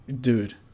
dude